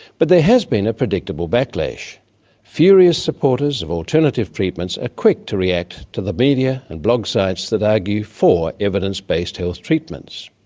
but there has been a predictable backlash furious supporters of alternative treatments are ah quick to react to the media and blog sites that argue for evidence-based health treatments.